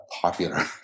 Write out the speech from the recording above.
popular